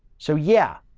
so yeah,